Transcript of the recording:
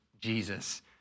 Jesus